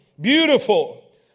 beautiful